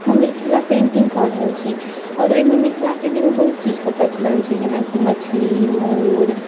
हम मिथिला पेंटिंग कऽ रहल छी आओर एहिमे मिथिला पेंटिंग मे बहुत चीजक प्रचलन छै जेनाकि मछली मोर